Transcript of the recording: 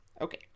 Okay